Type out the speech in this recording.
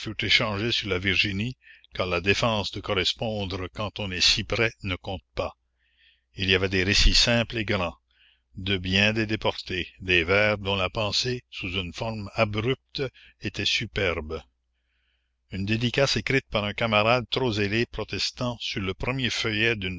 échangés sur la virginie car la défense de correspondre quand on est si près ne compte pas il y avait des récits simples et grands de bien des déportés des vers dont la pensée sous une forme abrupte était superbe une dédicace écrite par un camarade trop zélé protestant sur le premier feuillet d'une